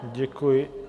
Děkuji.